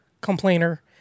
complainer